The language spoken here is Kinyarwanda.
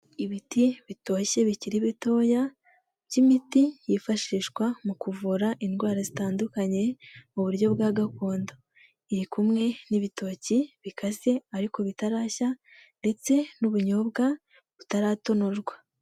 Ibiti bitoshye bikiri bitoya by'imiti yifashishwa mu kuvura indwara zitandukanye mu buryo bwa gakondo, iri kumwe n'ibitoki bikaze ariko bitarashya ndetse n'ubunyobwa butaratonorwa.